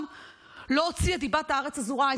לעולם לא אוציא את דיבת הארץ הזו רעה,